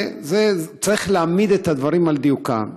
צריך להעמיד דברים על דיוקם.